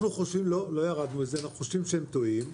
לא, לא ירדנו מזה, אנחנו חושבים שהם טועים.